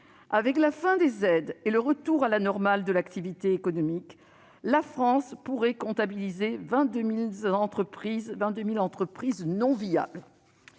Avec la fin des aides et le retour à la normale de l'activité économique, la France pourrait comptabiliser 22 000 entreprises non viables.